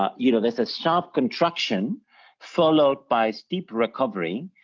um you know, there's a sharp contraction followed by steep recovery